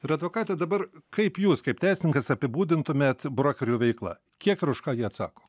ir advokate dabar kaip jūs kaip teisininkas apibūdintumėt brokerių veiklą kiek ir už ką jie atsako